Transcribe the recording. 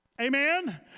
Amen